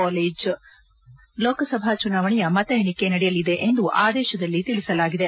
ಕಾಲೇಜಿನಲ್ಲಿ ಲೋಕಸಭಾ ಚುನಾವಣೆಯ ಮತ ಎಣಿಕೆ ನಡೆಯಲಿದೆ ಎಂದು ಆದೇಶದಲ್ಲಿ ತಿಳಿಸಲಾಗಿದೆ